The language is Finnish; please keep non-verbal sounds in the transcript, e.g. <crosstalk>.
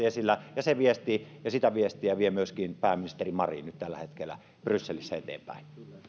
<unintelligible> esillä ja sitä viestiä vie myöskin pääministeri marin nyt tällä hetkellä brysselissä eteenpäin